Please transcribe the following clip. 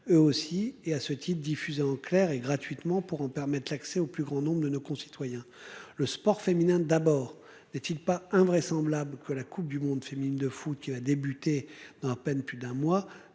eux aussi et à ce titre, diffusé en clair et gratuitement pour en permettre l'accès au plus grand nombre de nos concitoyens. Le sport féminin d'abord des-t-il pas invraisemblable que la Coupe du monde féminine de foot qui a débuté dans à peine plus d'un mois